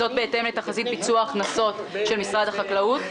וזאת בהתאם לתחזית ביצוע ההכנסות של משרד החקלאות.